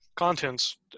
contents